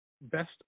best